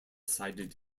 sided